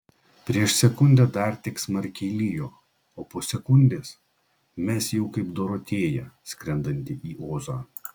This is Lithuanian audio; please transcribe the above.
prieš sekundę dar tik smarkiai lijo o po sekundės mes jau kaip dorotėja skrendanti į ozą